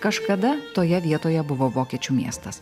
kažkada toje vietoje buvo vokiečių miestas